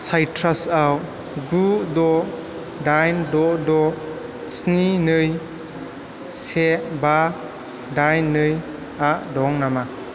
साइट्रासआव गु द' दाइन द' द' सिनि नै से बा दाइन नै आ दं नामा